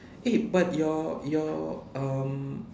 eh but your your um